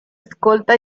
escolta